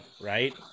right